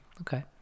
Okay